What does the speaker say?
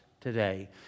today